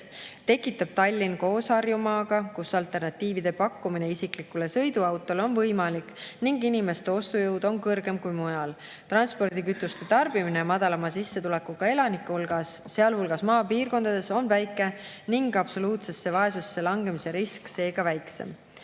tekitab Tallinn koos Harjumaaga, kus alternatiivide pakkumine isiklikule sõiduautole on võimalik ning inimeste ostujõud on kõrgem kui mujal. Transpordikütuste tarbimine madalama sissetulekuga elanike hulgas, sealhulgas maapiirkondades, on väike ning absoluutsesse vaesusesse langemise risk seega väiksem. Kuues